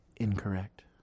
Incorrect